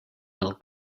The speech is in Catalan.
del